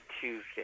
Tuesday